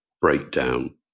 breakdown